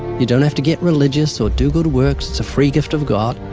you don't have to get religious or do good works. it's a free gift of god.